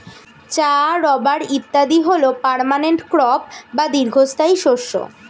চা, রাবার ইত্যাদি হল পার্মানেন্ট ক্রপ বা দীর্ঘস্থায়ী শস্য